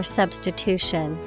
substitution